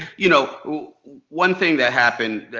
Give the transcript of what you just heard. you know one thing that happened,